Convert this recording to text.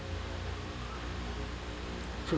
fifth